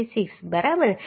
36 બરાબર